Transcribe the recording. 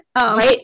right